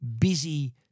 busy